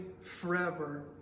forever